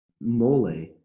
mole